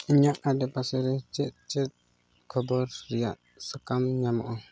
ᱤᱧᱟᱹᱜ ᱟᱰᱮ ᱯᱟᱥᱮ ᱨᱮ ᱪᱮᱫ ᱪᱮᱫ ᱠᱷᱚᱵᱚᱨ ᱨᱮᱭᱟᱜ ᱥᱟᱠᱟᱢ ᱧᱟᱢᱚᱜᱼᱟ